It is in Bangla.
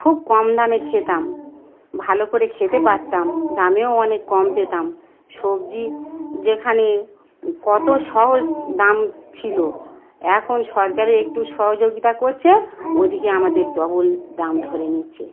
খুব কম দামে খেতাম ভালো করে খেতে পারতাম দামেও অনেক কম পেতাম সবজি যেখানে কত সহজ দাম ছিল এখন সরকারি একটু সহযোগিতা করছে ওদিকে আমাদের ডবল দাম ধরে নিচ্ছে